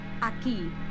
aquí